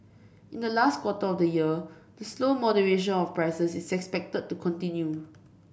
in the last quarter of the year the slow moderation of prices is expected to continue